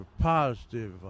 positive